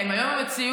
הם היום הציגו.